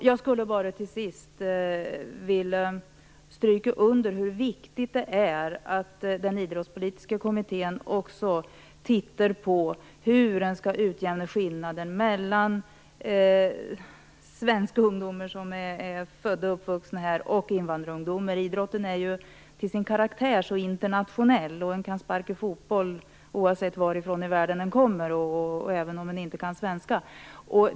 Jag skulle till sist bara vilja stryka under hur viktigt det är att den idrottspolitiska utredningen också tittar på hur skillnaden mellan svenska ungdomar som är födda och uppvuxna här och invandrarungdomar skall kunna utjämnas. Idrotten är ju till sin karaktär internationell, och man kan sparka fotboll oavsett varifrån i världen man kommer och även om man inte kan svenska.